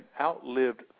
Outlived